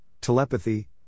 telepathy